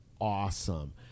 awesome